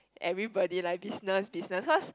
everybody like business business cause